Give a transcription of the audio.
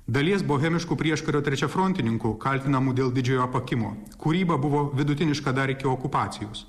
dalies bohemiškų prieškario trečiafrontininkų kaltinamų dėl didžiojo apakimo kūryba buvo vidutiniška dar iki okupacijos